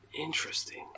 Interesting